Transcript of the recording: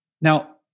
Now